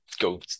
go